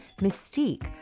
Mystique